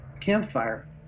campfire